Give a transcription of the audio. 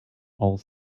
all